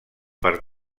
per